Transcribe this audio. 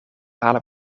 halen